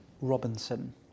Robinson